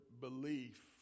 belief